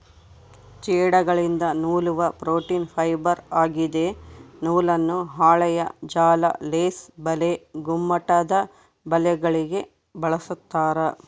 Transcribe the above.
ಜೇಡಗಳಿಂದ ನೂಲುವ protein fibre ಆಗಿದೆ ನೂಲನ್ನು ಹಾಳೆಯ ಜಾಲ ಲೇಸ್ ಬಲೆ ಗುಮ್ಮಟದಬಲೆಗಳಿಗೆ ಬಳಸ್ತಾರ